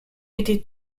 étaient